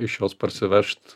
iš jos parsivežt